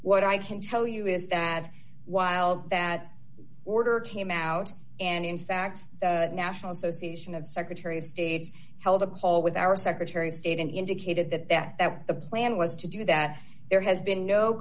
what i can tell you is that while that order came out and in fact the national association of secretary of state's held a call with our secretary of state and indicated that that the plan was to do that there has been no